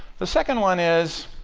the second one is,